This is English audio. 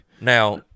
Now